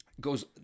goes